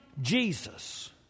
Jesus